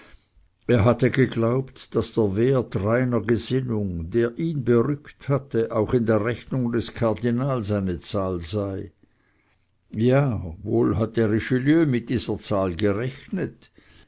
er hatte geglaubt daß der wert reiner gesinnung der ihn berückt hatte auch in der rechnung des kardinals eine zahl sei ja wohl hatte richelieu mit dieser zahl gerechnet